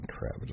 Crap